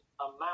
amount